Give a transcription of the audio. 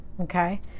Okay